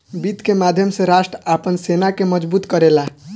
वित्त के माध्यम से राष्ट्र आपन सेना के मजबूत करेला